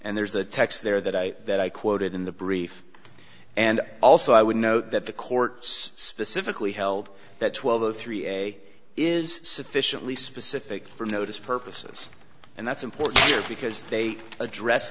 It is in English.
and there's a text there that i that i quoted in the brief and also i would note that the courts specifically held that twelve o three a is sufficiently specific for notice purposes and that's important because they address